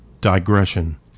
Digression